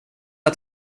att